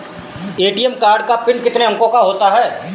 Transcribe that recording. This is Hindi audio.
ए.टी.एम कार्ड का पिन कितने अंकों का होता है?